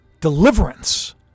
deliverance